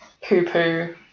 poo-poo